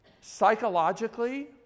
Psychologically